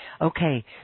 Okay